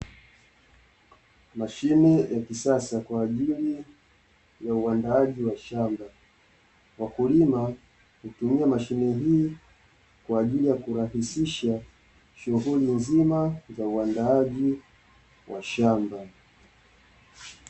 Mashine ya kisasa kwa ajili ya uandaaji wa shamba, wakulima hutumia mashine hii kwa ajili ya kurahisisha shughuli nzima za uandaaji wa shamba.